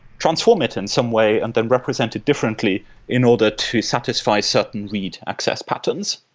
transform it in some way and then represent it differently in order to satisfy certain read access patterns.